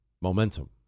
Momentum